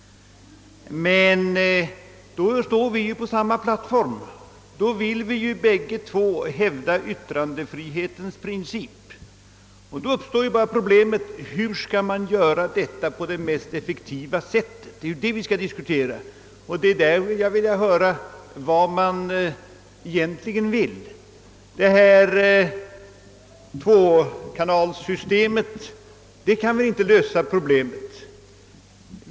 Men då står vi ju på samma plattform. Vi vill båda två hävda yttrandefrihetens princip. Då uppstår problemet hur vi skall göra det på det mest effektiva sättet. Det är den saken vi skall diskutera, och det är där jag vill höra vad man egentligen vill. Att ha tvåkanalsystem i TV löser inte problemet.